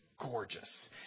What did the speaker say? gorgeous